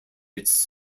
its